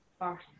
first